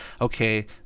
okay